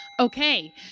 Okay